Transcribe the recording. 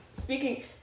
speaking